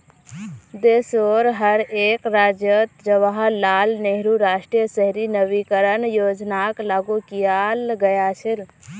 देशोंर हर एक राज्यअत जवाहरलाल नेहरू राष्ट्रीय शहरी नवीकरण योजनाक लागू कियाल गया छ